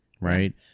right